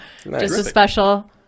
justaspecial